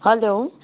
hello